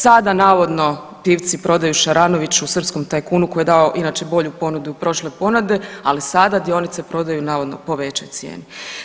Sada navodno Pivci prodaju Šaranoviću srpskom tajkunu koji je dao inače bolju ponudu od prošle ponude, ali sada dionice prodaju navodno po većoj cijeni.